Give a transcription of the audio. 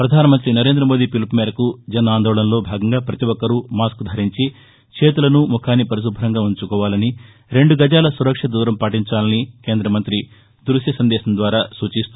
ప్రధానమంత్రి నరేంద్ర మోదీ పిలుపుమేరకు జన్ ఆందోళన్లో భాగంగా పతిఒక్కరూ మాస్కు ధరించి చేతులను ముఖాన్ని పరిశుభ్రంగా ఉంచుకోవాలని రెండు గజాల సురక్షిత దూరం పాటించాలని కేంద్ర మంత్రి దృశ్య సందేశంలో సూచిస్తూ